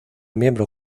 miembro